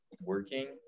working